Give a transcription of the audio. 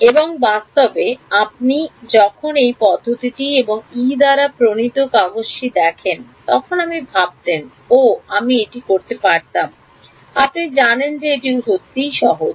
এবং বাস্তবে আপনি যখন এই পদ্ধতিটি এবং Yee দ্বারা প্রণীত কাগজটি দেখেন তখন আপনি ভাবতেন ওহ আমি এটি করতে পারতাম আপনি জানেন যে এটি সত্যই সহজ